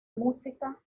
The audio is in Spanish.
música